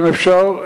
אם אפשר,